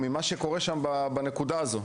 ממה שקורה שם בנקודה הזו.